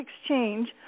exchange